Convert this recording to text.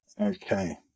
Okay